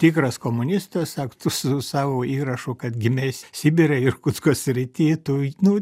tikras komunistas ak tu su savo įrašu kad gimei sibire irkutsko srity tu nu